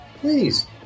Please